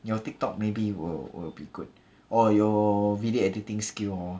your TikTok maybe will will be good or your video editing skill hor